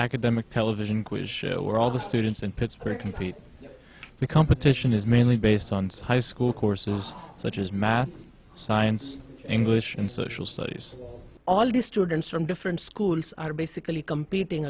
academic television quiz show where all the students in pittsburgh compete in the competition is mainly based on supply school courses such as math science english and social studies all the students from different schools are basically competing